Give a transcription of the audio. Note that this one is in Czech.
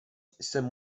jsem